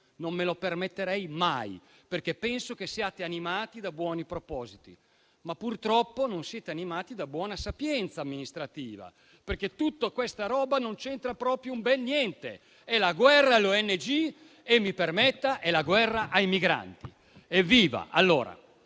Non mi permetterei mai, perché penso che siate animati da buoni propositi; purtroppo non siete animati da buona sapienza amministrativa, perché tutta questa roba non c'entra proprio un bel niente. La guerra alle ONG - me lo si permetta - è la guerra ai migranti. Li